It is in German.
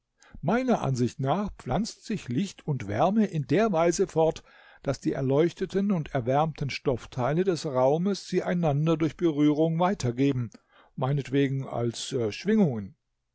meiner ansicht nach pflanzt sich licht und wärme in der weise fort daß die erleuchteten und erwärmten stoffteile des raumes sie einander durch berührung weitergeben meinetwegen als schwingungen